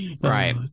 Right